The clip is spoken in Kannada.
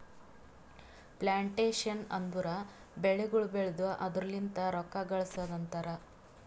ಪ್ಲಾಂಟೇಶನ್ ಅಂದುರ್ ಬೆಳಿಗೊಳ್ ಬೆಳ್ದು ಅದುರ್ ಲಿಂತ್ ರೊಕ್ಕ ಗಳಸದ್ ಅಂತರ್